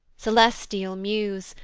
celestial muse,